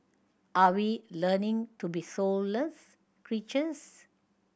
are we learning to be soulless creatures